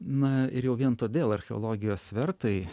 na ir jau vien todėl archeologijos svertai